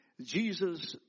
Jesus